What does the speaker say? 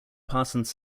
parsons